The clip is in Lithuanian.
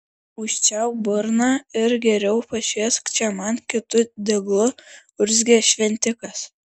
užčiaupk burną ir geriau pašviesk čia man kitu deglu urzgė šventikas